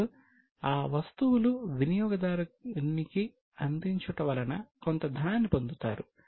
మరియు ఆ వస్తువులు వినియోగదారునికి అందించుట వలన కొంత ధనాన్ని పొందుతారు